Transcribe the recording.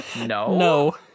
no